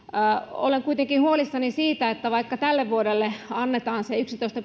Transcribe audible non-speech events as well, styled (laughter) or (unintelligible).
olen kuitenkin huolissani siitä että vaikka tälle vuodelle annetaan se yksitoista (unintelligible)